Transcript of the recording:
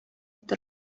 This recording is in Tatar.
торган